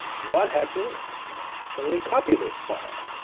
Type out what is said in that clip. what happens when we copy this file?